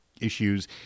issues